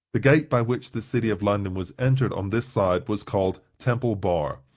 the gate by which the city of london was entered on this side was called temple bar,